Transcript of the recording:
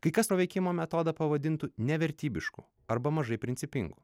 kai kas to veikimo metodą pavadintų nevertybišku arba mažai principingu